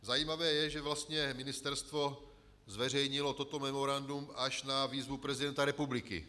Zajímavé je, že vlastně ministerstvo zveřejnilo toto memorandum až na výzvu prezidenta republiky.